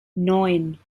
neun